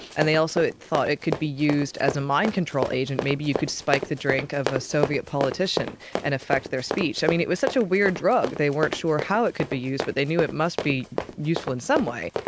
and they also thought it could be used as a mind control agent. maybe you could spike the drink of a soviet politician and affect their speech. i mean, it was such a weird drug, they weren't sure how it could be used, but they knew it must be useful in some way.